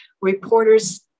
reporters